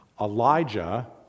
Elijah